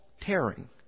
tearing